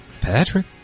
Patrick